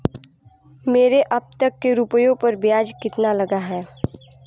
मेरे अब तक के रुपयों पर ब्याज कितना लगा है?